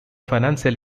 financial